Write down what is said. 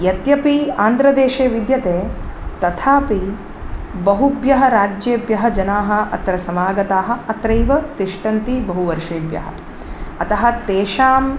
यद्यपि आन्ध्रदेशे विद्यते तथापि बहुभ्यः राज्येभः जनाः अत्र समागताः अत्रैव तिष्ठन्ति बहु वर्षेभ्यः अतः तेषां